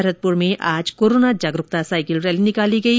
भरतपुर में आज कोरोना जागरूकता साईकिल रैली निकाली गई